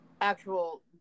actual